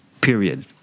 Period